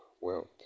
wealth